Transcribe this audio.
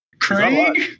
Craig